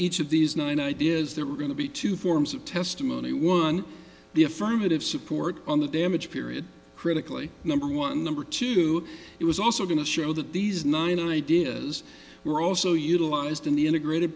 each of these nine ideas there were going to be two forms of testimony one the affirmative support on the damage period critically number one number two it was also going to show that these nine ideas were also utilized in the integrated